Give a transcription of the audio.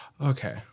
Okay